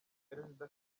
perezida